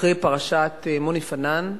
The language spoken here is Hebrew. אחרי פרשת מוני פנאן,